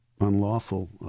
unlawful